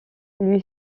lui